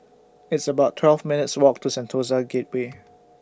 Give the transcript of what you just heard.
It's about twelve minutes' Walk to Sentosa Gateway